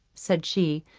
said she,